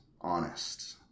honest